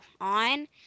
on